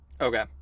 Okay